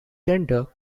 gender